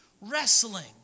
wrestling